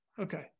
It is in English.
Okay